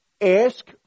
ask